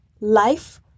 life